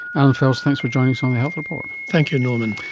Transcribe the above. allan fels, thanks for joining us on the health report. thank you norman.